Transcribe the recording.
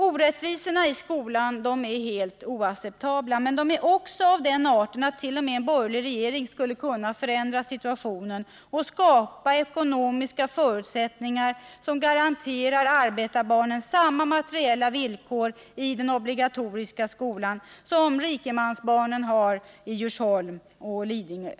Orättvisorna i skolan är helt oacceptabla, men de är också av den arten att t.o.m. en borgerlig regering skulle kunna förändra situationen och skapa ekonomiska förutsättningar som garanterar arbetarbarnen samma materiella villkor i den obligatoriska skolan som rikemansbarnen i Djursholm och Lidingö har.